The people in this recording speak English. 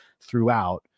throughout